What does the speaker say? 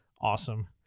Awesome